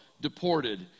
deported